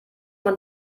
man